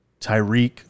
Tyreek